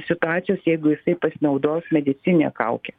situacijos jeigu jisai pasinaudos medicinine kauke